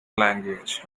language